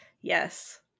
yes